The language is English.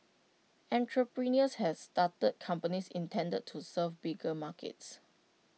entrepreneurs has started companies intended to serve bigger markets